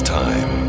time